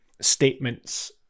statements